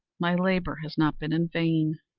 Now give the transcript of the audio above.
my labor has not been in vain.